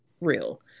real